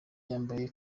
yambaye